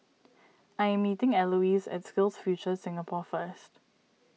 I am meeting Elouise at SkillsFuture Singapore first